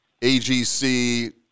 AGC